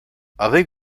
avec